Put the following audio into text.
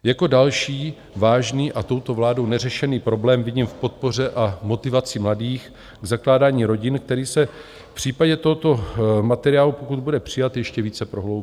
Jako další vážný a touto vládou neřešený problém vidím v podpoře a motivaci mladých k zakládání rodin, který se v případě tohoto materiálu, pokud bude přijat, ještě více prohloubí.